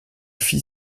fit